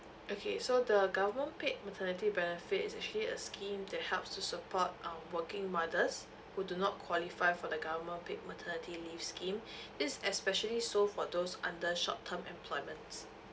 okay so the government paid maternity benefit is actually a scheme to help to support um working mothers who do not qualify for the government paid maternity leave scheme this is especially so for those under short term employment